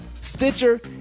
Stitcher